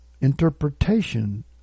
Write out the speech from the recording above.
interpretation